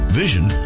vision